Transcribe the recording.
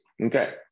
Okay